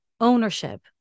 ownership